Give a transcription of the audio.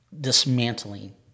dismantling